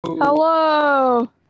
hello